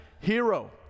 hero